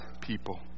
people